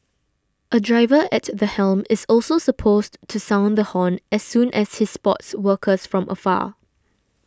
a driver at the helm is also supposed to sound the horn as soon as he spots workers from afar